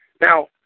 Now